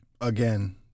Again